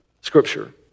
scripture